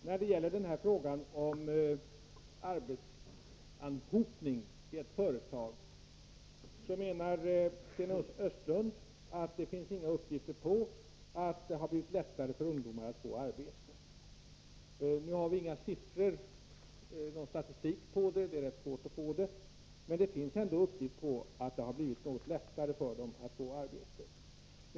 Herr talman! När det gäller frågan om arbetsanhopning i ett företag menar Sten Östlund att det inte finns några uppgifter om att det har blivit lättare för ungdomar att få arbete. Vi har inte någon statistik på detta — det är rätt svårt att få fram någon sådan. Men det finns uppgifter om att det har blivit något lättare för ungdomar att få arbete.